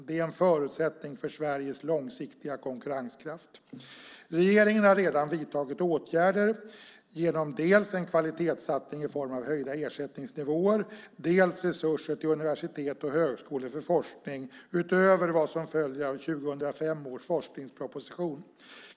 Det är en förutsättning för Sveriges långsiktiga konkurrenskraft. Regeringen har redan vidtagit åtgärder genom dels en kvalitetssatsning i form av höjda ersättningsnivåer, dels resurser till universitet och högskolor för forskning utöver vad som följer av 2005 års forskningsproposition.